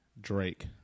Drake